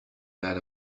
that